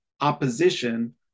opposition